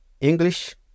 English